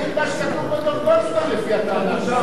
מצדיק את מה שכתוב בדוח-גולדסטון לפי הטענה,